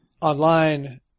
online